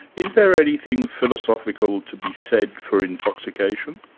is there anything philosophical to be said for intoxication?